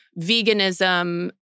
veganism